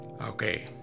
okay